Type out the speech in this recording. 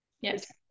Yes